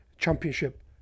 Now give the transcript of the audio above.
championship